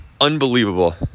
unbelievable